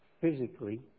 physically